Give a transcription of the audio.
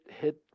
hit